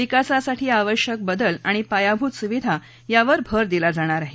विकासासाठी आवश्यक बदल आणि पायाभूत सुविधा यावर भर दिला जाणार आहे